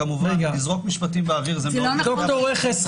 לזרוק משפטים באוויר זה מאוד יפה --- ד"ר רכס,